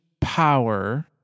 power